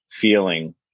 feeling